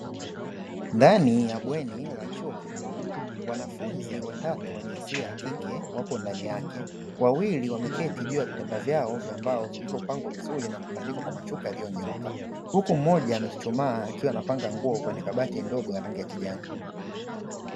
Ndani ya bweni la chuo kikuu wanafunzi watatu wa jinsia yakike wapo ndani yake, wawili wameketi juu vitanda vyao vya mbao vilivyopangwa vizuri na kutandikwa kwa mashuka yaliyonyooka, huku mmoja amechuchumaa akiwa anapanga nguo kwenye kabati ndogo ya rangi ya kijani.